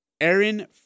Aaron